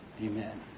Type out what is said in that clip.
Amen